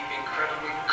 incredibly